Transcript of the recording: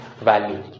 value